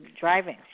driving